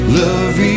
love